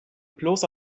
bloß